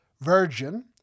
Virgin